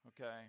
okay